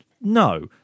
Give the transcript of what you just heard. No